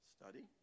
Study